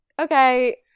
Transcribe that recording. Okay